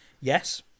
Yes